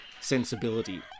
sensibility